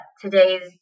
today's